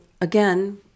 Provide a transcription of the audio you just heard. Again